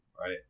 right